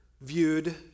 viewed